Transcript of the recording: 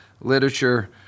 literature